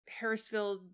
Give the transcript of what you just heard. Harrisville